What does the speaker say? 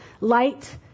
Light